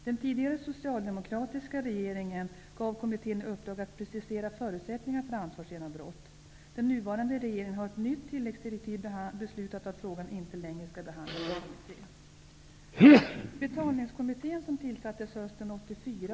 Den tidigare socialdemokratiska regeringen gav kommittén i uppdrag att precisera förutsättningarna för ansvarsgenombrott. Den nuvarande regeringen har i ett nytt tilläggsdirektiv beslutat att frågan inte längre skall behandlas av kommittén.